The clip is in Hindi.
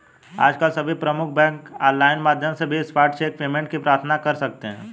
आजकल सभी प्रमुख बैंक ऑनलाइन माध्यम से भी स्पॉट चेक पेमेंट की प्रार्थना कर सकते है